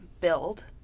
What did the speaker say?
Build